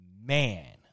Man